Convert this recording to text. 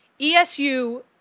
ESU